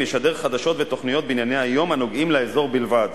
ישדר חדשות ותוכניות בענייני היום הנוגעים לאזור בלבד,